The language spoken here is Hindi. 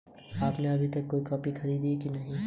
कीटों के नाम क्या हैं?